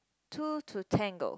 two to tango